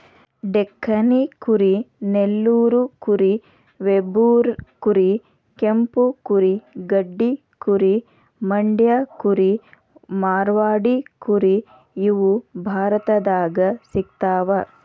ಡೆಕ್ಕನಿ ಕುರಿ ನೆಲ್ಲೂರು ಕುರಿ ವೆಂಬೂರ್ ಕುರಿ ಕೆಂಪು ಕುರಿ ಗಡ್ಡಿ ಕುರಿ ಮಂಡ್ಯ ಕುರಿ ಮಾರ್ವಾಡಿ ಕುರಿ ಇವು ಭಾರತದಾಗ ಸಿಗ್ತಾವ